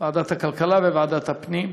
ועדת הכלכלה וועדת הפנים,